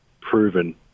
proven